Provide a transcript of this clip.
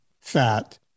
fat